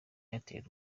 airtel